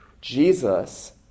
Jesus